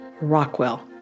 Rockwell